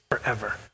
forever